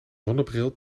zonnebril